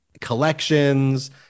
collections